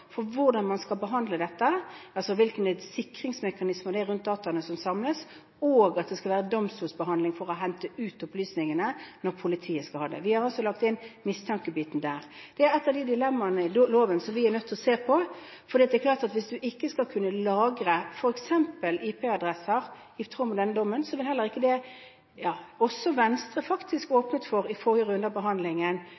for hvordan man skal behandle dette, hvilke sikringsmekanismer det er rundt dataene som samles, og at det skal være domstolsbehandling for å hente ut opplysningene når politiet skal ha dem. Vi har altså lagt inn mistankebiten der. Det er et av de dilemmaene i loven som vi er nødt til å se på, for det er klart at hvis en ikke skal kunne lagre f.eks. IP-adresser i tråd med denne dommen, vil heller ikke det, som også Venstre faktisk